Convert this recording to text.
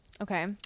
okay